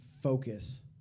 focus